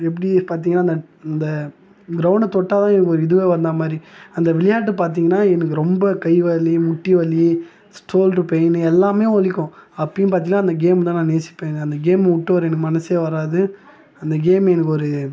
எப்படி பார்த்தீங்கனா அந்த இந்த க்ரௌண்ட்டை தொட்டால்தான் எனக்கு ஒரு இதுவே வந்தா மாதிரி அந்த விளையாட்டு பார்த்தீங்கனா எனக்கு ரொம்ப கைவலி முட்டி வலி சோல்ட்ரு பெயின்னு எல்லாமே வலிக்கும் அப்பையும் பார்த்தீங்கனா அந்த கேம் தான் நான் நேசிப்பேன் அந்த கேம் விட்டு வர எனக்கு மனசே வராது அந்த கேம் எனக்கு ஒரு